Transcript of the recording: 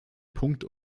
punkt